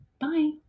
Bye